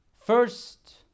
First